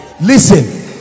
listen